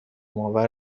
آور